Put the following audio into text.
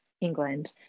England